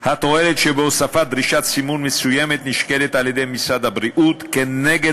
התועלת שבהוספת דרישת סימון מסוימת נשקלת על-ידי משרד הבריאות כנגד